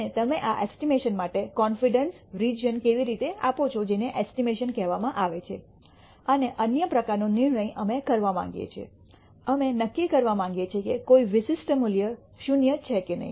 અને તમે આ એસ્ટિમેશન માટે કોન્ફિડેન્સ રીજન કેવી રીતે આપો છો જેને એસ્ટિમેશન કહેવામાં આવે છે અને અન્ય પ્રકારનો નિર્ણય અમે કરવા માંગીએ છીએ અમે નક્કી કરવા માંગીએ છીએ કે કોઈ વિશિષ્ટ મૂલ્ય 0 છે કે નહીં